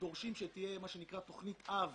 שתהיה תכנית אב